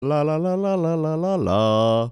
לה-לה-לה-לה-לה-לה-לה-לה